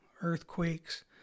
earthquakes